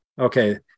Okay